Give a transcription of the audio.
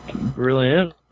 brilliant